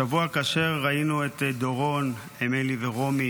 השבוע, כאשר ראינו את דורון, אמילי ורומי